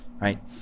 right